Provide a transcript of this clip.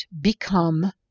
become